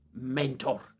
mentor